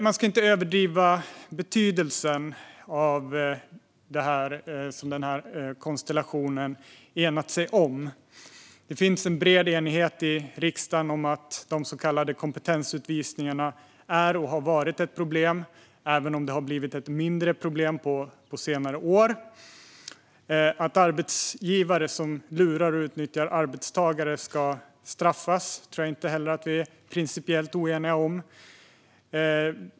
Man ska inte överdriva betydelsen av det som denna konstellationen har enat sig om. Det finns en bred enighet i riksdagen om att de så kallade kompetensutvisningarna är och har varit ett problem, även om det har blivit ett mindre problem på senare år. Att arbetsgivare som lurar och utnyttjar arbetstagare ska straffas tror jag inte heller att vi är principiellt oeniga om.